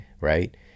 right